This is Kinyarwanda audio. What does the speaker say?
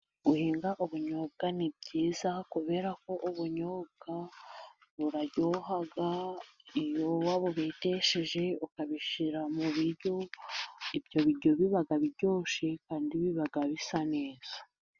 Guhinga ubunyobwa ni byiza, kubera ko ubunyobwa buraryoha. Iyo wabubutesheje, ukabushyira mu biryo, ibyo biryo biba biryoshye, kandi biba bisa neza.